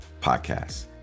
Podcast